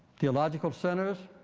theological centers,